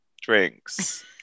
drinks